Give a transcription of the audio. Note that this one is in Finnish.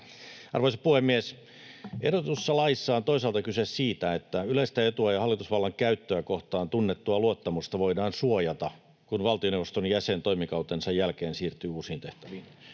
Arvoisa puhemies! Ehdotetussa laissa on toisaalta kyse siitä, että yleistä etua ja hallitusvallan käyttöä kohtaan tunnettua luottamusta voidaan suojata, kun valtioneuvoston jäsen toimikautensa jälkeen siirtyy uusiin tehtäviin.